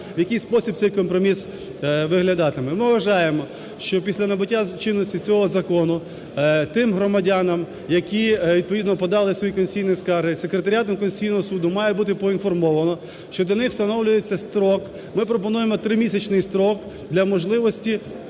В який спосіб цей компроміс виглядатиме? Ми вважаємо, що після набуття чинності цього закону, тим громадянам, які відповідно подали свої конституційні скарги, секретаріатом Конституційного Суду має бути поінформовано щодо них встановлюється строк, ми пропонуємо тримісячний строк для можливості